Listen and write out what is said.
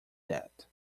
that